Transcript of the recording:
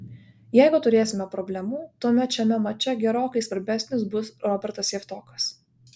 jeigu turėsime problemų tuomet šiame mače gerokai svarbesnis bus robertas javtokas